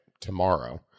tomorrow